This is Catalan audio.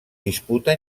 disputa